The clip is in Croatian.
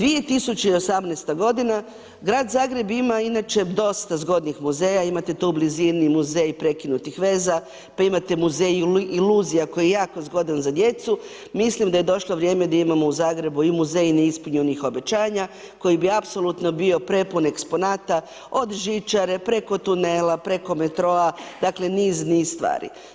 2018. godina grad Zagreb ima inače dosta zgodnih muzeja, imate tu u blizini Muzej prekinutih veza pa imate Muzej iluzija koji je jako zgodan za djecu, mislim da je došlo vrijeme da imamo u Zagrebu i Muzej neispunjenih obećanja koji bi apsolutno bio prepun eksponata, od žičare, preko tunela, preko metroa, dakle niz, niz stvari.